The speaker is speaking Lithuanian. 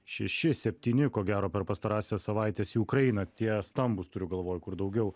šeši septyni ko gero per pastarąsias savaites į ukrainą tie stambūs turiu galvoj kur daugiau